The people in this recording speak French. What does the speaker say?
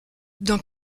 dans